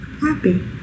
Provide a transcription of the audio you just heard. happy